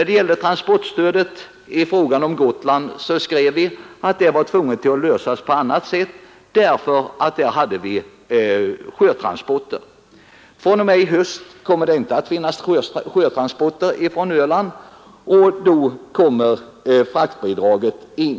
Beträffande Gotlands transportstöd skrev vi att det måste lösas på annat sätt därför att vi där hade sjötransporter. fr.o.m. i höst kommer det inte att finnas sjötransporter från Öland och då kommer fraktbidraget in.